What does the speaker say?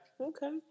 okay